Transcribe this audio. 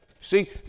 See